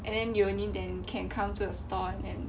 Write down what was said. and then you only then can come to a store and